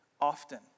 Often